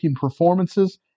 performances